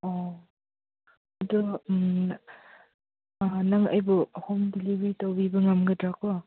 ꯑꯣ ꯑꯗꯣ ꯅꯍꯥꯟ ꯅꯪ ꯑꯩꯕꯨ ꯍꯣꯝ ꯗꯤꯂꯤꯕ꯭ꯔꯤ ꯇꯧꯕꯤꯕ ꯉꯝꯒꯗ꯭ꯔꯥꯀꯣ